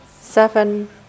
seven